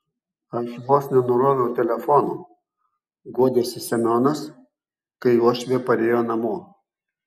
aš vos nenuroviau telefono guodėsi semionas kai uošvė parėjo namo